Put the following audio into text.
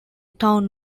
town